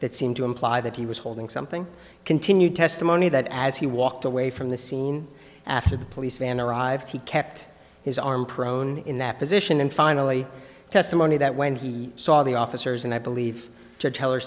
that seemed to imply that he was holding something continued testimony that as he walked away from the scene after the police van arrived he kept his arm prone in that position and finally testimony that when he saw the officers and i believe the tell